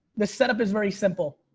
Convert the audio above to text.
the setup is very simple.